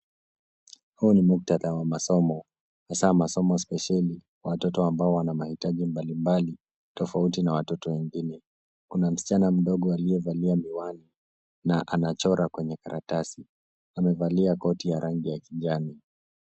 Huu ni muktadha wa masomo, hasa masomo sipesheli kwa watoto ambao wana mahitaji mbalimbali, tofauti na watoto wengine. Kuna msichana mdogo aliyevalia miwani na anachora kwenye karatasi. Amevalia koti ya rangi ya kijani.